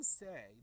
say